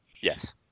yes